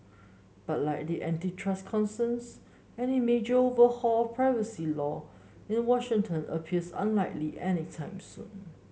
but like the antitrust concerns any major overhaul privacy law in Washington appears unlikely anytime soon